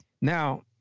Now